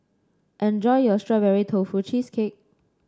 enjoy your Strawberry Tofu Cheesecake